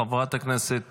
חברת הכנסת